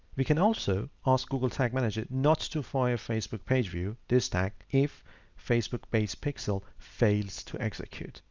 we can also ask google tag manager not to fire facebook page view this tag if facebook base pixel fails to execute.